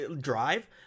drive